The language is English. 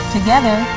Together